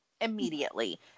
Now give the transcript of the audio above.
immediately